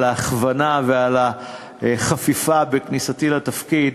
על ההכוונה ועל החפיפה בכניסתי לתפקיד,